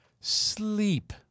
Sleep